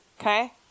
Okay